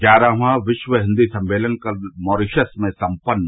ग्यारहवां विश्व हिंदी सम्मेलन कल मारिशस में संपन्न